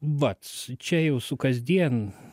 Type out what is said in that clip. vat čia jau su kasdien